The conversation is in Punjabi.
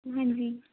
ਹਾਂਜੀ